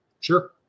sure